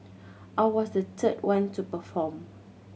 I was the third one to perform